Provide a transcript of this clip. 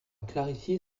clarifier